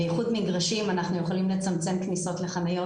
בייחוד מגרשים, אנחנו יכולים לצמצם כניסות לחניות.